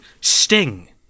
Sting